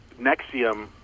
Nexium